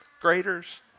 graders